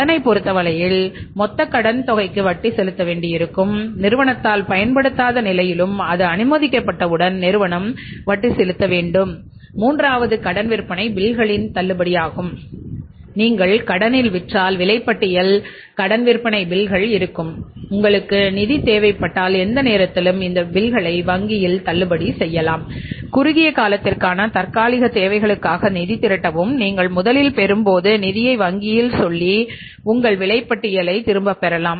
கடனைப் பொறுத்தவரையில் மொத்த கடன் தொகைக்கு வட்டி செலுத்த வேண்டியிருக்கும் நிறுவனத்தால் பயன்படுத்தப்படாத நிலையிலும் அது அனுமதிக்கப்பட்டவுடன் நிறுவனம் வட்டி செலுத்த வேண்டும் மூன்றாவது கடன் விற்பனை பில்களின் இருக்கும் உங்களுக்கு நிதி தேவைப்பட்டால் எந்த நேரத்திலும் இந்த பில்களை வங்கியில் தள்ளுபடி செய்யலாம் குறுகிய காலத்திற்கான தற்காலிக தேவைகளுக்காக நிதி திரட்டவும் நீங்கள் முதலில் பெறும்போது நிதியை வங்கியில் சொல்லி உங்கள் விலைப்பட்டியலை திரும்பப் பெறலாம்